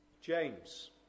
James